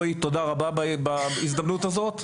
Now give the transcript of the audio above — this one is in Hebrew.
רועי תודה רבה בהזדמנות הזאת.